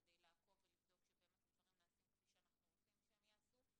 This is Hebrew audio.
כדי לעקוב ולבדוק שהדברים נעשים כפי שאנחנו רוצים שהם ייעשו.